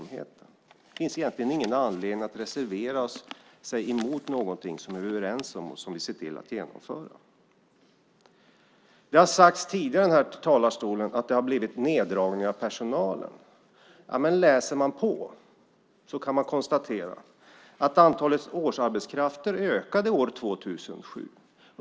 Det finns egentligen ingen anledning att reservera sig mot någonting som vi är överens om och som vi ser till att genomföra. Det har sagts tidigare i den här talarstolen att det har blivit neddragningar av personalen. Men om man läser på kan man konstatera att antalet årsarbetskrafter ökade år 2007.